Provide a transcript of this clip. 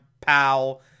pow